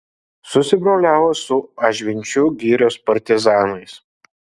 susibroliavo su ažvinčių girios partizanais